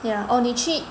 yeah or 你去